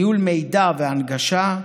ניהול מידע והנגשה,